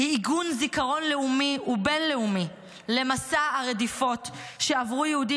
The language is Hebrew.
היא עיגון זיכרון לאומי ובין-לאומי למסע הרדיפות שעברו יהודים